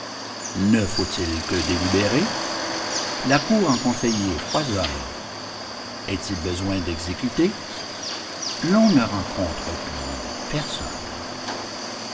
ne faut-il que délibérer la cour en conseillers foisonne est-il besoin d'exécuter l'on ne rencontre plus personne